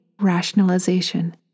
rationalization